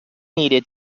needed